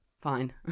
fine